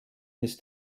ist